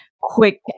quick